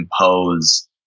impose